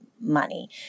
money